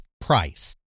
price